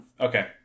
Okay